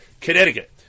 Connecticut